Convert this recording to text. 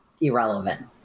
irrelevant